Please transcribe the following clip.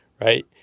right